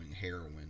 heroin